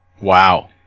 Wow